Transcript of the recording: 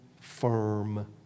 firm